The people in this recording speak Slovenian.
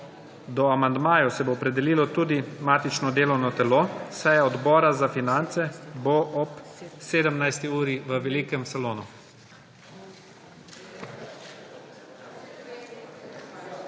Do amandmajev se bo opredelilo tudi matično delovno telo. Seja Odbora za finance bo ob 17. uri v velikem salonu.